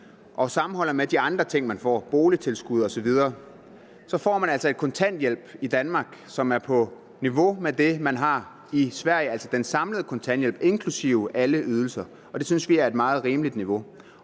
og sammenholder med de andre ting, man får, boligtilskud osv., så får man altså en kontanthjælp i Danmark, som er på niveau med det, man har i Sverige, altså den samlede kontanthjælp inklusive alle ydelser, og det synes vi er et meget rimeligt niveau.